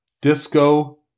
Disco